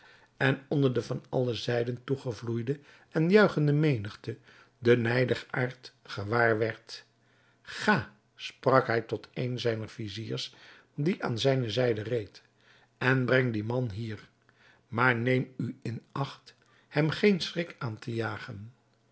en onder de van alle zijden toegevloeide en juichende menigte den nijdigaard gewaar werd ga sprak hij tot een zijner viziers die aan zijne zijde reed en breng dien man hier maar neem u in acht hem geen schrik aan te jagen